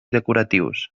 decoratius